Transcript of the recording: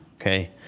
okay